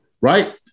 right